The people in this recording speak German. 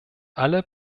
alle